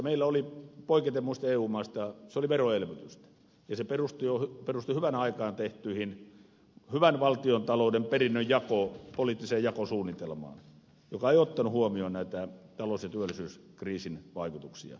meillä se oli poiketen muista eu maista veroelvytystä ja se perustui hyvään aikaan tehtyyn hyvän valtiontalouden perinnön poliittiseen jakosuunnitelmaan joka ei ottanut huomioon talous ja työllisyyskriisin vaikutuksia